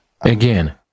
Again